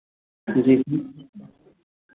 जी जी